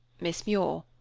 miss muir,